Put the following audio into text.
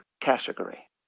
category